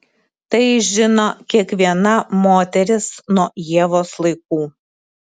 tai žino kiekviena moteris nuo ievos laikų